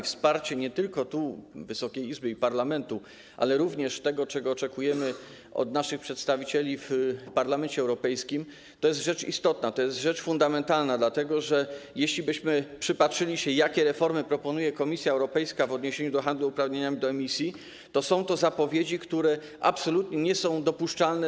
Wsparcie nie tylko Wysokiej Izby i Parlamentu, ale również, czego oczekujemy, naszych przedstawicieli w Parlamencie Europejskim to jest rzecz istotna, to jest rzecz fundamentalna, dlatego że jeślibyśmy przypatrzyli się, jakie reformy proponuje Komisja Europejska w odniesieniu do handlu uprawnieniami do emisji, to są to zapowiedzi, których zrealizowanie absolutnie nie jest dopuszczalne.